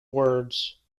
words